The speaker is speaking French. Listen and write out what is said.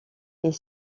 est